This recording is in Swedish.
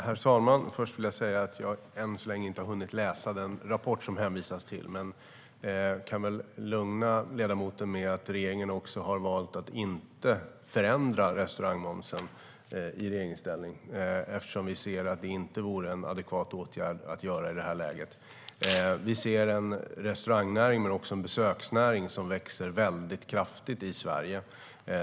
Herr talman! Först vill jag säga att jag än så länge inte har hunnit läsa den rapport som det hänvisas till. Men jag kan lugna ledamoten med att regeringen har valt att inte förändra restaurangmomsen, eftersom vi ser att det inte vore en adekvat åtgärd i det här läget. Vi ser en restaurangnäring men också en besöksnäring som växer kraftigt i Sverige.